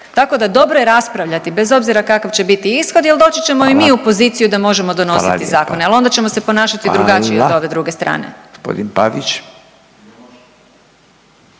tako da, dobro je raspravljati, bez obzira kakav će biti ishod jer doći ćemo i mi u poziciju .../Upadica: Hvala./... da možemo donositi zakone, ali onda ćemo se ponašati drugačije .../Upadica: